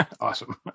Awesome